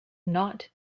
not